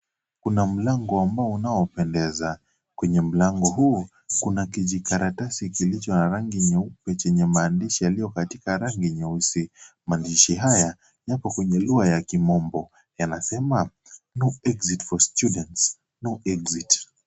Kuna mlango ambao unapendeza, kenye mlango huu kuna kikaratasi kilicho na rangi nyeupe, chenye maandishi yaliyo katika rangi nyeusi. Maandishi haya yako kwenye lugha ya kimombo Yanasema no exit for students no exit .